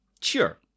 Sure